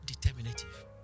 determinative